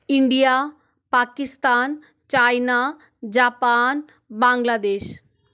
India Pakistan China Japan Bangladesh